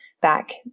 back